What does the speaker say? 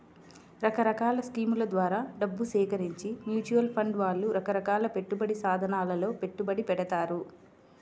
రకరకాల స్కీముల ద్వారా డబ్బు సేకరించి మ్యూచువల్ ఫండ్ వాళ్ళు రకరకాల పెట్టుబడి సాధనాలలో పెట్టుబడి పెడతారు